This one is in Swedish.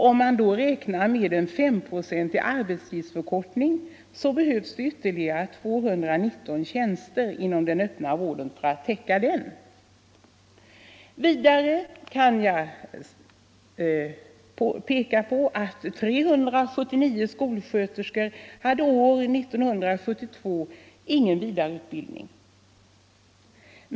Om man räknar med en S5-procentig arbetstidsförkortning, behövs det för att täcka den ytterligare 219 tjänster inom den öppna vården. Vidare kan jag peka på att 379 skolsköterskor år 1972 inte hade någon vidareutbildning.